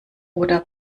oder